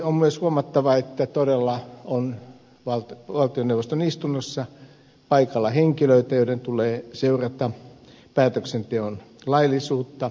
on myös huomattava että valtioneuvoston istunnossa todella on paikalla henkilöitä joiden tulee seurata päätöksenteon laillisuutta